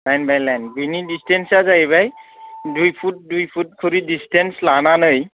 line by line बिनि दिसटेन्सया जाहैबाय दुइ पुट दुइ पुट खुरि दिसटेन्स नानै